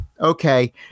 Okay